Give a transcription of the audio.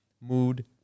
mood